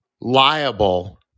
liable